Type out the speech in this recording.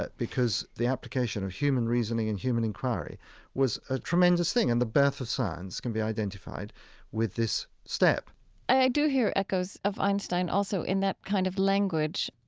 because the application of human reasoning and human inquiry was a tremendous thing. and the birth of science can be identified with this step i do hear echoes of einstein also in that kind of language.